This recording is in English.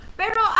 pero